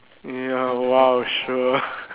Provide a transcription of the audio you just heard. ya !wow! sure